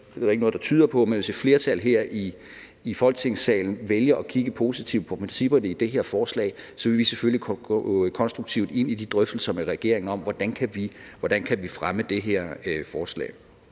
det er der ikke noget der tyder på – vælger at kigge positivt på principperne i det her forslag, vil vi selvfølgelig gå konstruktivt ind i drøftelser med regeringen om, hvordan vi kan fremme det her forslag,